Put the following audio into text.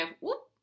whoop